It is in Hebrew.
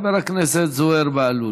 חבר הכנסת זוהיר בהלול.